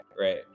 right